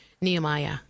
Nehemiah